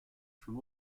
from